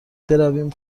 برویم